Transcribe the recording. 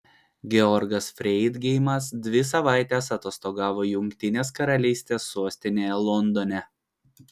georgas freidgeimas dvi savaites atostogavo jungtinės karalystės sostinėje londone